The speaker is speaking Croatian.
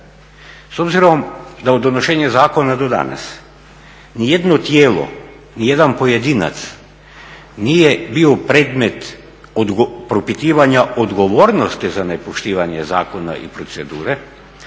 S obzirom da od donošenja zakona do danas nijedno tijelo, nijedan pojedinac nije bio predmet propitivanja odgovornosti za nepoštivanje zakona i procedure,